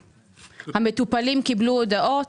המטופלים כבר קיבלו הודעות,